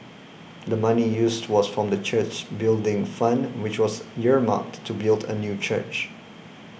the money used was from the church's Building Fund which was earmarked to build a new church